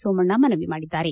ಸೋಮಣ್ಣ ಮನವಿ ಮಾಡಿದ್ದಾರೆ